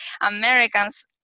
Americans